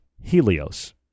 Helios